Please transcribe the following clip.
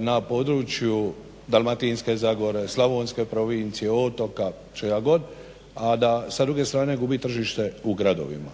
na području Dalmatinske zagore, Slavonske provincije, otoka čega god, a da sa druge strane gubi tržište u gradovima.